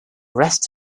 rest